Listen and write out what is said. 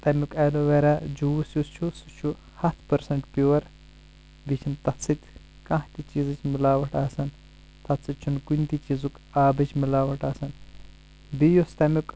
تمیُک aloe vera juice یُس چھُ سُہ چھُ ہتھ پرسنٹ پیور بییٚہِ چھنہٕ تتھ سۭتۍ کانٛہہ تہِ چیٖزٕچ ملاوٹھ آسان تتھ سۭتۍ چھُنہٕ کُنہِ تہِ چیٖزُک آبٕچ ملاوٹ آسان بییٚہِ یُس تٔمیُک